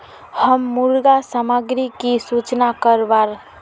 हम मुर्गा सामग्री की सूचना करवार?